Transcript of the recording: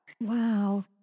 Wow